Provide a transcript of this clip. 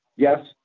Yes